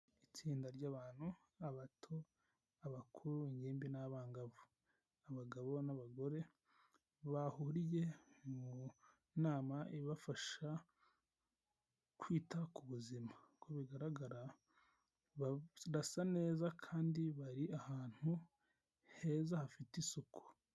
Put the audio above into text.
Itsinda ry'abantu abato, abakuru, ingimbi n'abangavu, abagabo n'abagore bahuriye mu nama ibafasha kwita ku buzima, uko bigaragara barasa neza kandi bari ahantu heza hafite isuku.